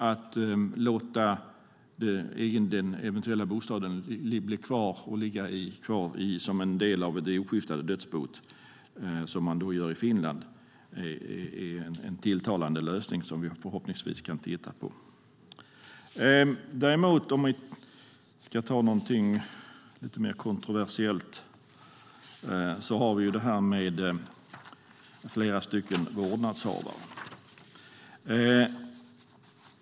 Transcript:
Att låta den eventuella bostaden bli kvar som en del av det oskiftade dödsboet som man gör i Finland är en tilltalande lösning som vi förhoppningsvis kan titta på. Om vi ska tala om någonting mer kontroversiellt har vi det här med flera vårdnadshavare.